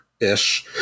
ish